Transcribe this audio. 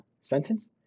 sentence